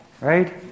right